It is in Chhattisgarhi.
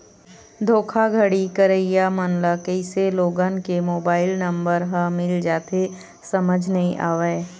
धोखाघड़ी करइया मन ल कइसे लोगन के मोबाईल नंबर ह मिल जाथे समझ नइ आवय